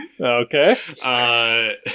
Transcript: Okay